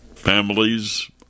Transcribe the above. families